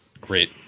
great